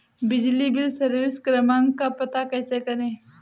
बिजली bill service क्रमांक का पता कैसे करें?